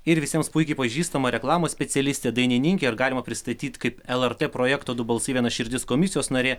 ir visiems puikiai pažįstama reklamos specialistė dainininkė ir galima pristatyt kaip lrt projekto du balsai viena širdis komisijos narė